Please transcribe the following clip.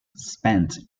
spent